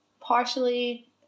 partially